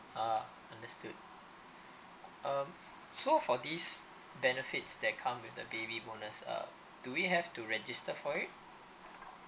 ah understood um so for this benefits that come with the baby bonus uh do we have to register for it